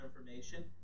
information